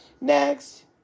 next